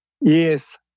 Yes